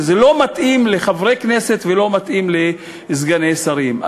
וזה לא מתאים לחברי כנסת ולא מתאים לסגני שרים.